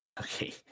okay